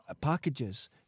packages